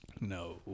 no